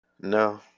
No